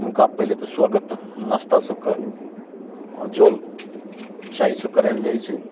हुनका पहिले तऽ स्वागत नस्तासँ कऽ आ जल चाय से करायल जाइत छै